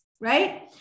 right